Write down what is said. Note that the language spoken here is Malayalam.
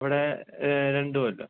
അവിടെ രണ്ടു കൊല്ലം